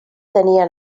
tenia